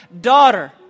daughter